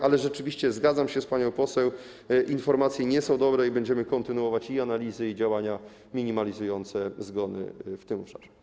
Ale rzeczywiście zgadzam się z panią poseł, informacje nie są dobre i będziemy kontynuować i analizy, i działania minimalizujące zgony w tym obszarze.